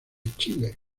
chile